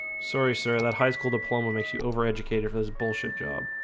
sorry sir and that high school diploma makes you over educated his bullshit job